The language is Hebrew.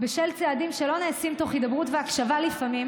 בשל צעדים שלא נעשים תוך הידברות והקשבה לפעמים